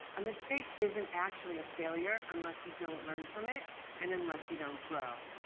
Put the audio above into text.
a mistake isn't actually a failure unless you don't learn from it and unless you don't grow.